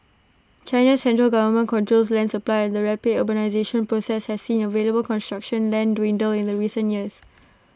China's central government controls land supply and the rapid urbanisation process has seen available construction land dwindle in recent years